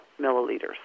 milliliters